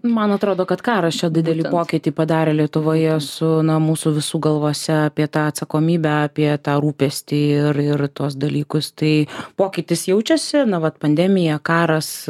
man atrodo kad karas čia didelį pokytį padarė lietuvoje su na mūsų visų galvose apie tą atsakomybę apie tą rūpestį ir ir tuos dalykus tai pokytis jaučiasi na vat pandemija karas